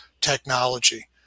technology